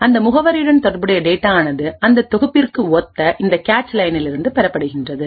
அந்த முகவரியுடன் தொடர்புடைய டேட்டா ஆனது அந்த தொகுப்பிற்கு ஒத்த இந்த கேச் லைனில் இருந்து பெறப்படுகின்றது